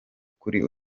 kuri